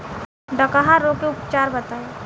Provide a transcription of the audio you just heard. डकहा रोग के उपचार बताई?